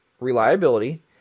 reliability